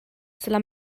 cela